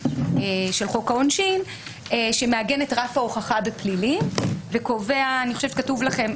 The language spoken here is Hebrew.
חוק העונשין שמעגן את רף ההוכחה בפלילים וקובע אני חושבת שכתוב לכם,